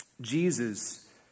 Jesus